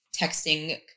texting